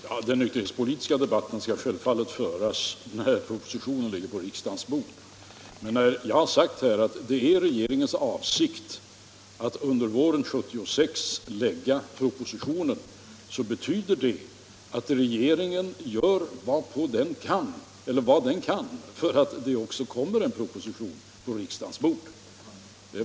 Fru talman! Den alkoholpolitiska debatten skall självfallet föras när propositionen ligger på riksdagens bord. Jag har i svaret sagt att det är regeringens avsikt att under våren 1976 lägga fram proposition i ärendet, och då betyder det att regeringen gör vad den kan för att det också kommer en proposition på riksdagens bord då.